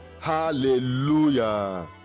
Hallelujah